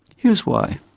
here's why.